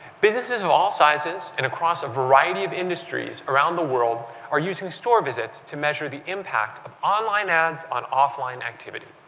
businesses of all sizes and across a variety of industry ies around the world are using store visits to measure the impact of online ads on offline activity.